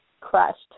crushed